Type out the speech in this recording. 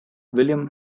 william